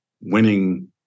winning